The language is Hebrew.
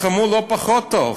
הם לחמו לא פחות טוב.